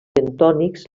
bentònics